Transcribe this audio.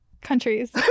countries